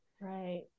Right